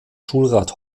schulrat